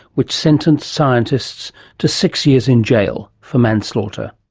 which sentenced scientists to six years in jail for manslaughter.